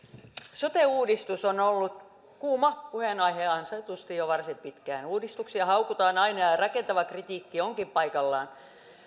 sote uudistus on ollut kuuma puheenaihe ansaitusti jo varsin pitkään uudistuksia haukutaan aina ja ja rakentava kritiikki onkin paikallaan